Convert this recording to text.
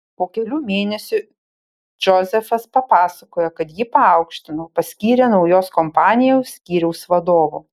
po kelių mėnesių džozefas papasakojo kad jį paaukštino paskyrė naujos kompanijos skyriaus vadovu